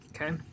Okay